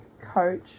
coach